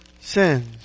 sins